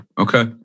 Okay